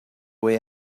way